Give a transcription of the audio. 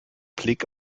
blick